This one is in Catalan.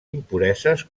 impureses